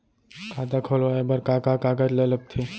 खाता खोलवाये बर का का कागज ल लगथे?